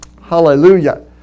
Hallelujah